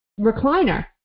recliner